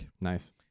Nice